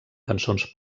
cançons